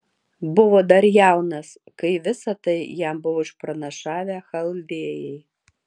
buvo dar jaunas kai visa tai jam buvo išpranašavę chaldėjai